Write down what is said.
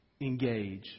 engage